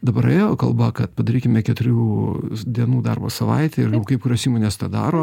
dabar ėjo kalba kad padarykime keturių dienų darbo savaitę ir kai kurios įmonės tą daro